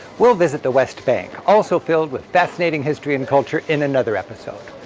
we'll visit the west bank also filled with fascinating history and culture in another episode.